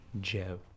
Joe